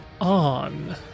on